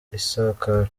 isakaro